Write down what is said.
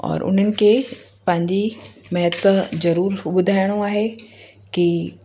और उन्हनि खे पंहिंजी महत्व ज़रूरु ॿुधाइणो आहे कि